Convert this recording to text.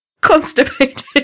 constipated